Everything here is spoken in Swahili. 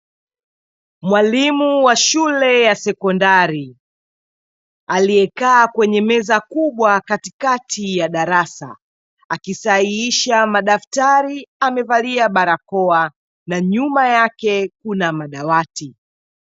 Mwalimu wa shule ya sekondari aliyekaa kwenye meza kubwa katikati ya darasa, akisahihisha madaftari amevalia barakoa na nyuma yake kuna madawati.